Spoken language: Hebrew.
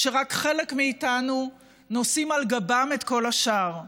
רק חלק מאיתנו נושאים על גבם את כל השאר,